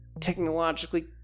technologically